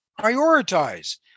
prioritize